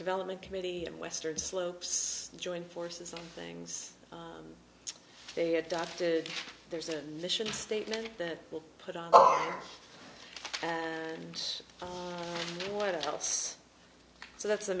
development committee and western slopes join forces and things they adopted there's a mission statement that will put on our and what else so that's the